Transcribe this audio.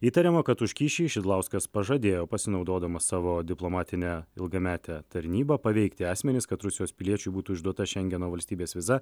įtariama kad už kyšį šidlauskas pažadėjo pasinaudodamas savo diplomatine ilgamete tarnyba paveikti asmenis kad rusijos piliečiui būtų išduota šengeno valstybės viza